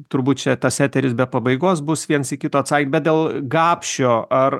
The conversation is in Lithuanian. turbūt čia tas eteris be pabaigos bus viens į kito atsa bet dėl gapšio ar